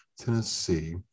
Tennessee